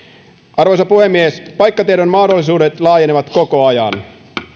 arvoisa puhemies paikkatiedon mahdollisuudet laajenevat koko ajan